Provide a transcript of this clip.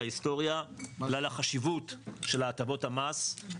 ההסטוריה אלא על החשיבות של הטבות המס.